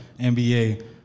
NBA